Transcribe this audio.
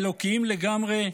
האלוקיים לגמרי,